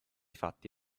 fatti